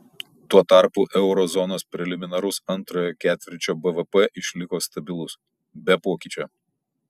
tuo tarpu euro zonos preliminarus antrojo ketvirčio bvp išliko stabilus be pokyčio